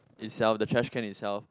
itself the trash can itself